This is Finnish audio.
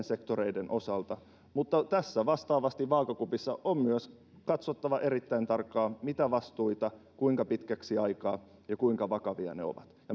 sektoreiden osalta mutta tässä on vastaavasti vaakakupissa myös katsottava erittäin tarkkaan mitä vastuita tulee kuinka pitkäksi aikaa ja kuinka vakavia ne ovat